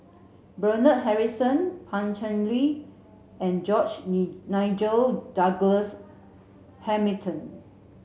Bernard Harrison Pan Cheng Lui and George Ni Nigel Douglas Hamilton